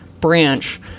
branch